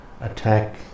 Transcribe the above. attack